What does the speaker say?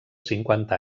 cinquanta